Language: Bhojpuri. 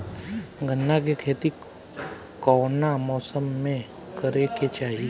गन्ना के खेती कौना मौसम में करेके चाही?